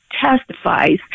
testifies